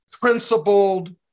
principled